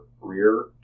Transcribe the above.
rear